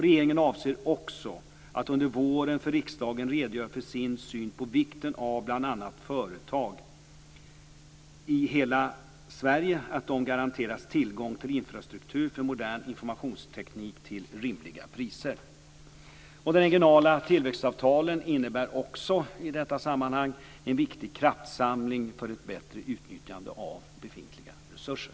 Regeringen avser också att under våren för riksdagen redogöra för sin syn på vikten av att bl.a. företag i hela Sverige garanteras tillgång till infrastruktur för modern informationsteknik till rimliga priser. De regionala tillväxtavtalen innebär också i detta sammanhang en viktig kraftsamling för ett bättre utnyttjande av befintliga resurser.